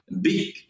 big